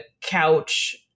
couch